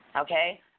Okay